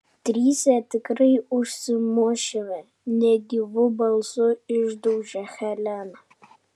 trise tikrai užsimušime negyvu balsu išdaužė helena